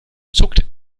zuckt